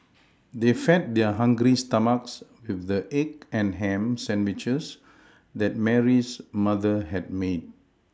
they fed their hungry stomachs with the egg and ham sandwiches that Mary's mother had made